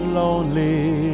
lonely